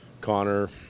Connor